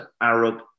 Arab